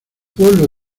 pueblo